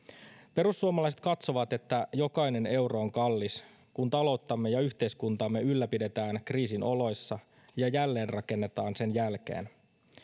perussuomalaiset katsovat että jokainen euro on kallis kun talouttamme ja yhteiskuntaamme ylläpidetään kriisin oloissa ja jälleenrakennetaan sen jälkeen